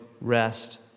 rest